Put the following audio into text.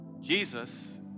Jesus